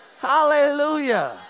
Hallelujah